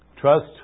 Trust